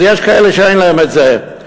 אז יש כאלה שאין להם את זה.